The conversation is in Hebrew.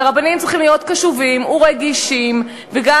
ורבנים צריכים להיות קשובים ורגישים, גם